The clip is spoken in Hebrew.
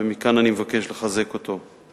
ומכאן אני מבקש לחזק אותו.